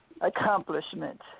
accomplishment